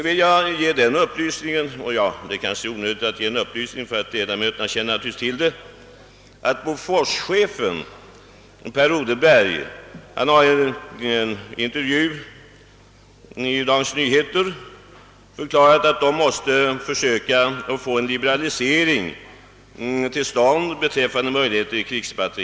I detta sammanhang vill jag upplysa om — kammarledamöterna känner säkert till det — att Bofors-chefen Per Odelberg i en intervju i Dagens Nyheter förklarat, att man måste försöka få en liberalisering av möjligheterna att exportera krigsmateriel till stånd.